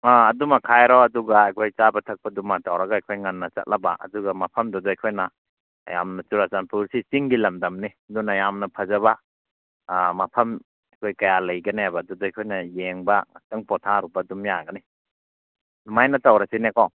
ꯑꯪ ꯑꯗꯨꯃ ꯈꯥꯏꯔꯣ ꯑꯗꯨꯒ ꯑꯩꯈꯣꯏ ꯆꯥꯕ ꯊꯛꯄꯗꯨꯃ ꯇꯧꯔꯒ ꯑꯩꯈꯣꯏ ꯉꯟꯅ ꯆꯠꯂꯕ ꯑꯗꯨꯒ ꯃꯐꯝꯗꯨꯗ ꯑꯩꯈꯣꯏꯅ ꯌꯥꯝꯅ ꯆꯨꯔꯥꯆꯥꯟꯄꯨꯔꯁꯤ ꯆꯤꯡꯒꯤ ꯂꯝꯗꯝꯅꯤ ꯑꯗꯨꯅ ꯌꯥꯝꯅ ꯐꯖꯕ ꯃꯐꯝ ꯑꯩꯈꯣꯏ ꯀꯌꯥ ꯂꯩꯒꯅꯦꯕ ꯑꯗꯨꯗ ꯑꯩꯈꯣꯏꯅ ꯌꯦꯡꯕ ꯉꯥꯛꯇꯪ ꯄꯣꯊꯥꯔꯨꯕ ꯑꯗꯨꯝ ꯌꯥꯒꯅꯤ ꯑꯗꯨꯃꯥꯏꯅ ꯇꯧꯔꯁꯤꯅꯦꯀꯣ